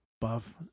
buff